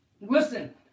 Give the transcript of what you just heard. Listen